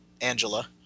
Angela